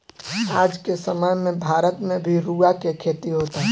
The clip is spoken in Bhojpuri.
आज के समय में भारत में भी रुआ के खेती होता